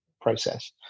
process